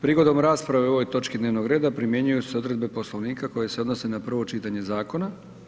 Prigodom rasprave o ovoj točci dnevnog reda, primjenjuju se odredbe poslovnika koje se odnose na prvo čitanje zakona.